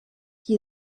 qui